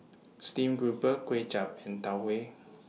Steamed Grouper Kuay Chap and Tau Huay